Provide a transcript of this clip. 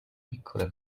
piccole